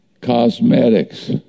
Cosmetics